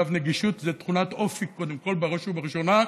נגישות זאת תכונת אופי בראש ובראשונה,